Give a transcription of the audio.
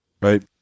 right